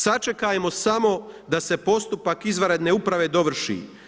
Sačekajmo samo da se postupak izvanredne uprave dovrši.